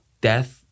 death